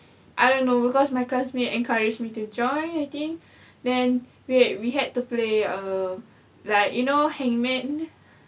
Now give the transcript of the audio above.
I don't know because my classmate encourage me to join I think then we'd we had to play a like you know hangman